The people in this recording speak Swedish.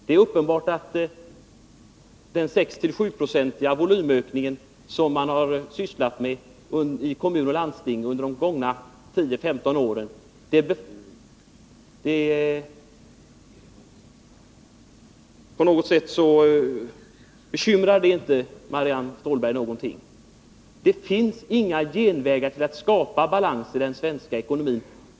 Det är uppenbart att den 6-7-procentiga volymökning som man haft i kommuner och landsting under de gångna 10-15 åren inte är någonting som bekymrar Marianne Stålberg. Men det finns inga genvägar till att skapa balans i den svenska ekonomin.